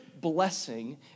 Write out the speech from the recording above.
blessing